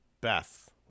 beth